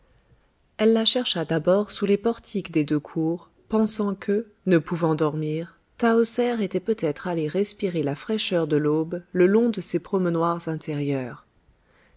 elle la chercha d'abord sous les portiques des deux cours pensant que ne pouvant dormir tahoser était peut-être allée respirer la fraîcheur de l'aube le long de ces promenoirs intérieurs